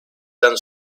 tan